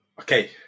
okay